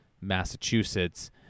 Massachusetts